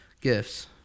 gifts